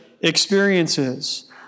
experiences